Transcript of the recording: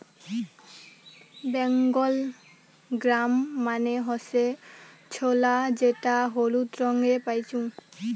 Bengal gram মানে হসে ছোলা যেটা হলুদ রঙে পাইচুঙ